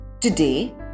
Today